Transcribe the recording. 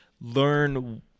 learn